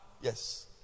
Yes